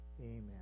Amen